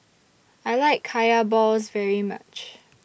I like Kaya Balls very much